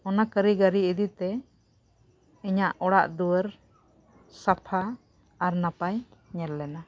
ᱚᱱᱟ ᱠᱟᱹᱨᱤᱜᱚᱨᱤ ᱤᱫᱤᱛᱮ ᱤᱧᱟᱹᱜ ᱚᱲᱟᱜ ᱫᱩᱣᱟᱹᱨ ᱥᱟᱯᱷᱟ ᱟᱨ ᱱᱟᱯᱟᱭ ᱧᱮᱞ ᱞᱮᱱᱟ